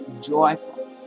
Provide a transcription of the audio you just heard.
joyful